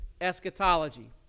eschatology